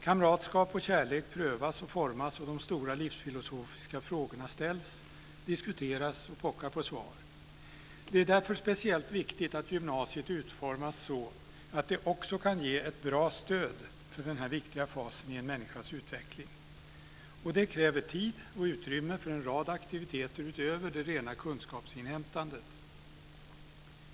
Kamratskap och kärlek prövas och formas, och de stora livsfilosofiska frågorna ställs, diskuteras och pockar på svar. Det är därför speciellt viktigt att gymnasiet utformas så att det också kan ge ett bra stöd för denna viktiga fas i en människas utveckling. Det kräver tid och utrymme för en rad aktiviteter utöver det rena kunskapsinhämtandet.